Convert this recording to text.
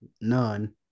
none